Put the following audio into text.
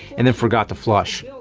and then forgot to flush. ahh.